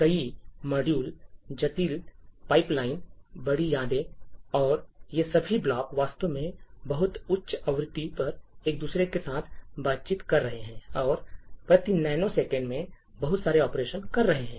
कई मॉड्यूल जटिल पाइपलाइन बड़ी यादें और ये सभी ब्लॉक वास्तव में बहुत उच्च आवृत्ति पर एक दूसरे के साथ बातचीत कर रहे हैं और प्रति नैनो सेकंड में बहुत सारे ऑपरेशन कर रहे हैं